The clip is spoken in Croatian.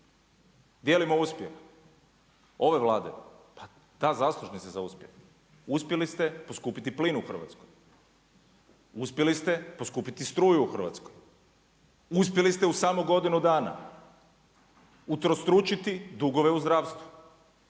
Dijelimo uspjeh, ove Vlade, pa da zaslužni ste za uspjeh. Uspjeli ste poskupiti plin u Hrvatskoj, uspjeli ste poskupiti struju u Hrvatskoj, uspjeli ste u samo godinu dana utrostručiti dugove u zdravstvu,